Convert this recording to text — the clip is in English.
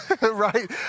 right